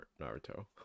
Naruto